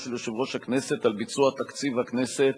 של יושב-ראש הכנסת על ביצוע תקציב הכנסת.